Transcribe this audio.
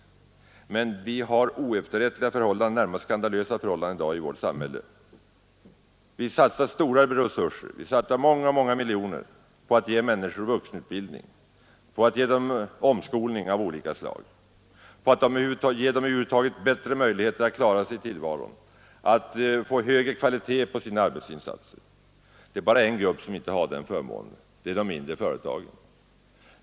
På det här området har vi emellertid oefterrättliga, närmast skandalösa förhållanden i dag i vårt samhälle. Vi satsar stora resurser, vi satsar många, många miljoner på att ge människor vuxenutbildning, på att ge dem omskolning av olika slag, på att över huvud taget ge dem bättre möjligheter att klara sig i tillvaron och få en högre kvalitet på sina arbetsinsatser. Det är bara en grupp som inte har den förmånen: de mindre företagarna.